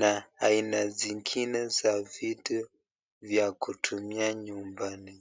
na aina ingine ya vitu ya kutumia nyumbani.